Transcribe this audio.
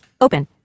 Open